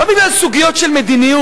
לא בגלל סוגיות של מדיניות,